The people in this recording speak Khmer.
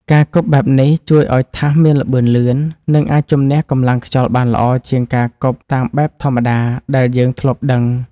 ការគប់បែបនេះជួយឱ្យថាសមានល្បឿនលឿន និងអាចជម្នះកម្លាំងខ្យល់បានល្អជាងការគប់តាមបែបធម្មតាដែលយើងធ្លាប់ដឹង។